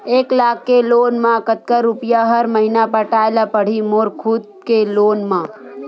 एक लाख के लोन मा कतका रुपिया हर महीना पटाय ला पढ़ही मोर खुद ले लोन मा?